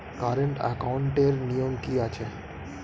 Current একাউন্টের নিয়ম কী আছে?